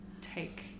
take